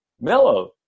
mellow